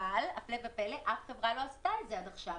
אבל הפלא ופלא אף חברה לא עשתה את זה עד עכשיו.